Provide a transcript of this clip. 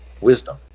wisdom